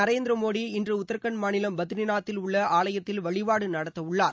நரேந்திர மோதி இன்று உத்திரகாண்ட் மாநிலம் பத்ரிநாத்தில் உள்ள ஆலயத்தில் வழிபாடு நடத்தவுள்ளார்